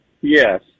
Yes